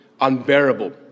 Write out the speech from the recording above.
unbearable